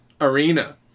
arena